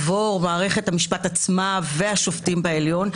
עבור למערכת המשפט עצמה והשופטים בעליון,